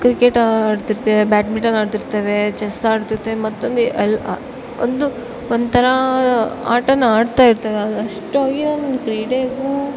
cricket ಆಡ್ತಿರ್ತೇವೆ badminton ಆಡ್ತಿರ್ತೇವೆ chess ಆಡ್ತಿರ್ತೇವೆ ಮತ್ತೊಂದು ಎಲ್ಲ ಒಂದು ಒಂಥರಾ ಆಟ ಆಡ್ಥಾ ಇರ್ತೇವೆ ಅಷ್ಟಾಗಿ ನಾನು ಕ್ರೀಡೆಗೂ